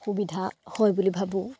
সুবিধা হয় বুলি ভাবোঁ